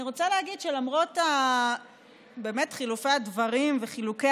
אני רוצה להגיד שלמרות חילופי הדברים וחילוקי